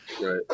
right